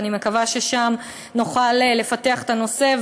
אני מקווה ששם נוכל לפתח את הנושא.